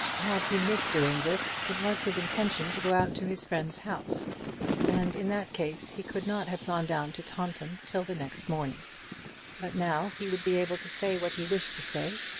had he missed doing this, it was his intention to go out to his friend's house and in that case he could not have gone down to taunton till the next morning but now he would be able to say what he wished to say,